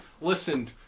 listen